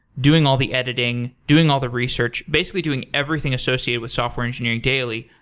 doing all the editing, doing all the research. basically, doing everything associated with software engineering daily.